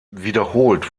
wiederholt